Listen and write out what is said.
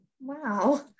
wow